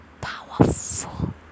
powerful